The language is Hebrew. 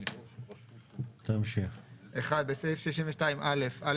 אני ממשיך בקריאה: (1)בסעיף 62א(א1)